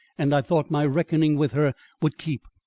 and i thought my reckoning with her would keep.